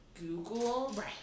Google